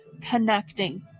connecting